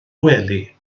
gwely